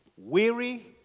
Weary